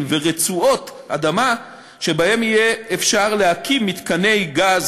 ורצועות אדמה שבהם יהיה אפשר להקים מתקני גז,